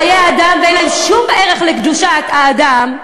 חיי אדם, ואין אצלם שום ערך לקדושת האדם,